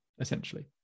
essentially